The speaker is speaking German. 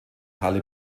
halle